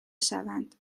شوند